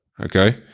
Okay